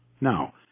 Now